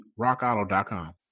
rockauto.com